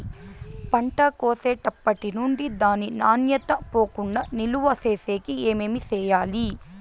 పంట కోసేటప్పటినుండి దాని నాణ్యత పోకుండా నిలువ సేసేకి ఏమేమి చేయాలి?